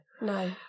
No